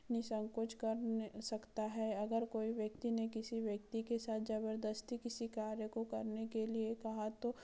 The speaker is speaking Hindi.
निसंकोच कर सकता है अगर कोई व्यक्ति ने किसी व्यक्ति के साथ जबरदस्ती किसी कार्य को करने के लिए कहा तो